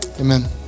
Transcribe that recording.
Amen